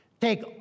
take